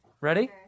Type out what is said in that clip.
Ready